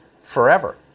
forever